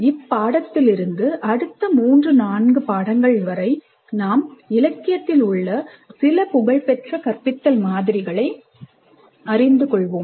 இப்பாடத்தில் இருந்து அடுத்து 3 4 பாடங்கள்வரை நாம் இலக்கியத்தில் உள்ள சில புகழ்பெற்ற கற்பித்தல் மாதிரிகளை அறிந்து கொள்வோம்